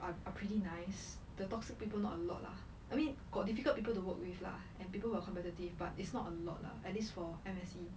are pretty nice the toxic people not a lot lah I mean got difficult people to work with lah and people who are competitive but it's not a lot lah at least for M_S_E